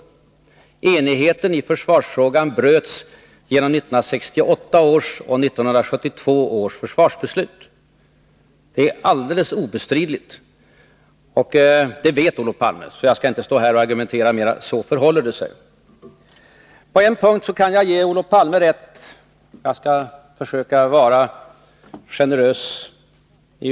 Enigheten i försvarsfrågan bröts genom 1968 års och 1972 års försvarsbeslut. Det är alldeles obestridligt. Det vet Olof Palme, så jag skall inte argumentera mera, men så förhåller det sig. På en punkt kan jag ge Olof Palme rätt — jag skall försöka vara generös.